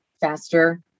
faster